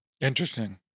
Interesting